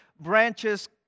branches